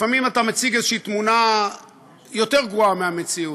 לפעמים אתה מציג איזושהי תמונה יותר גרועה מהמציאות,